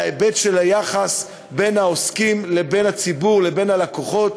להיבט היחס בין העוסקים לבין הציבור לבין הלקוחות.